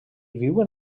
viuen